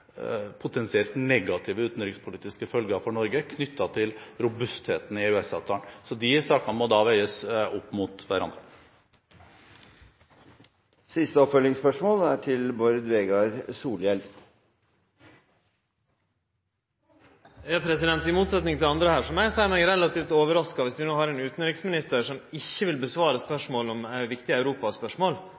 potensielt negative utenrikspolitiske følger for Norge knyttet til robustheten i EØS-avtalen. Så de sakene må da veies opp mot hverandre. Bård Vegar Solhjell – til oppfølgingsspørsmål. I motsetning til andre her må eg seie meg relativt overraska viss vi no har ein utanriksminister som ikkje vil svare på viktige europaspørsmål.